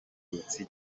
tutsi